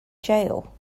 jail